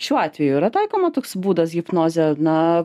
šiuo atveju yra taikoma toks būdas hipnozė na